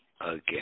again